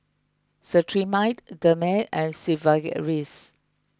Cetrimide Dermale and Sigvaris